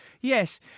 Yes